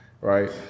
Right